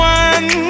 one